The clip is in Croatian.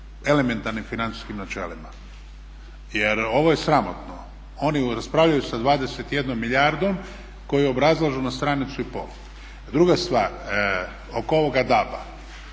elementarnim financijskim načelima. Je ovo je sramotno, oni raspravljaju sa 21 milijardom koju obrazlažu na stranicu i pol. Druga stvar, oko ovoga DAB-a